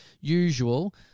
usual